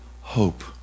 hope